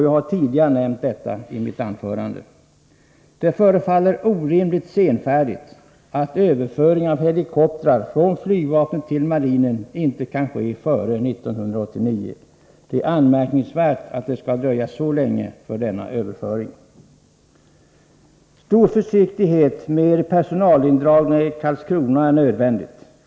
Jag har tidigare nämnt detta i mitt anförande. Det förefaller orimligt senfärdigt att överföring av helikoptrar från flygvapnet till marinen inte kan ske före 1989. Det är anmärkningsvärt att denna överföring skall behöva dröja så länge. Stor försiktighet med personalindragningar i Karlskrona är nödvändig.